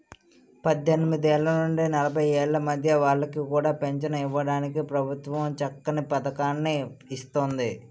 పద్దెనిమిదేళ్ల నుండి నలభై ఏళ్ల మధ్య వాళ్ళకి కూడా పెంచను ఇవ్వడానికి ప్రభుత్వం చక్కని పదకాన్ని ఇస్తోంది